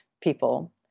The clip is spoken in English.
people